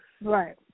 Right